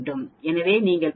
எனவே நீங்கள் பெறுவீர்கள் 0